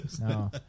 No